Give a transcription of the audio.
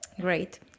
Great